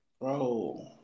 bro